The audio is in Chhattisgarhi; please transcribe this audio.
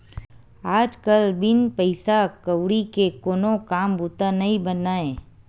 आज कल बिन पइसा कउड़ी के कोनो काम बूता नइ बनय